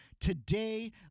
Today